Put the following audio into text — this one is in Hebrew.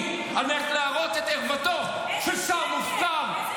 על מנת להראות את ערוותו של שר מופקר,